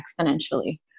exponentially